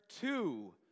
two